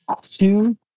two